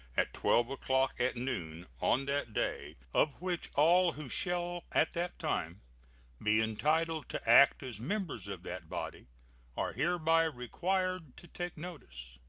at twelve o'clock at noon on that day, of which all who shall at that time be entitled to act as members of that body are hereby required to take notice.